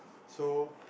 so